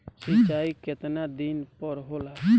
सिंचाई केतना दिन पर होला?